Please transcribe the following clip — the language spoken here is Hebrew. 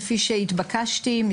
כפי שהתבקשתי,